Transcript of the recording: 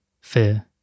fear